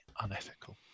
unethical